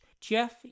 Jeff